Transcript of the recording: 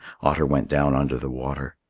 otter went down under the water.